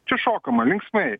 čia šokama linksmai